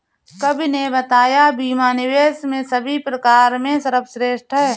कवि ने बताया बीमा निवेश के सभी प्रकार में सर्वश्रेष्ठ है